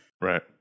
Right